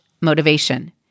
motivation